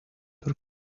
your